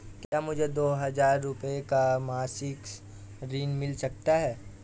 क्या मुझे दो हजार रूपए का मासिक ऋण मिल सकता है?